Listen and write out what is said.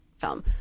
film